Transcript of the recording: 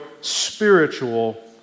spiritual